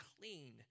clean